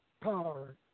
power